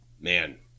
man